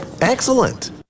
Excellent